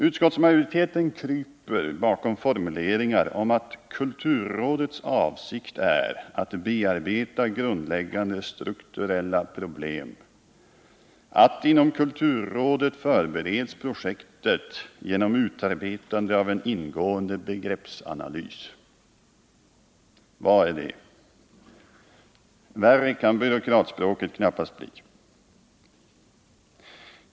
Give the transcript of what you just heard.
Utskottsmajoriteten kryper bakom formuleringar om att kulturrådets avsikt är att bearbeta grundläggande strukturella problem och om att projektet förbereds inom kulturrådet genom utarbetande av en ingående begreppsanalys. Vad menas med detta? Värre kan byråkratspråket knappast bli.